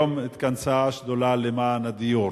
היום התכנסה השדולה למען הדיור,